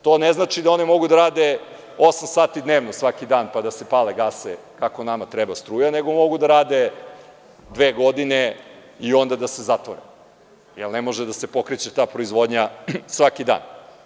To ne znači da mogu da rade osam sati svaki dan, pa da se pale, gase, kako nama treba struja, nego mogu da rade dve godine i onda da se zatvore, jer ne može da se pokreće ta proizvodnja svaki dan.